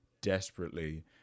desperately